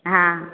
हाँ